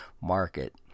market